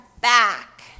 back